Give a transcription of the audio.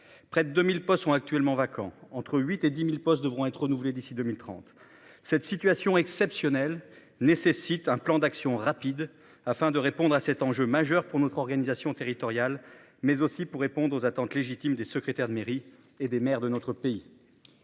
Près de 1000 postes sont actuellement vacants entre 8 et 10.000 postes devront être renouvelés d'ici 2030. Cette situation exceptionnelle nécessite un plan d'action rapide afin de répondre à cet enjeu majeur pour notre organisation territoriale, mais aussi pour répondre aux attentes légitimes des secrétaires de mairie et des mères de notre pays.